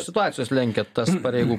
situacijos lenkia tas pareigų